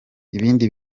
ibindi